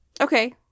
Okay